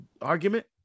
argument